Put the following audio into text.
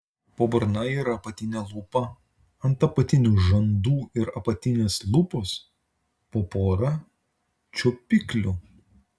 po burna yra apatinė lūpa ant apatinių žandų ir apatinės lūpos po porą čiuopiklių